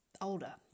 older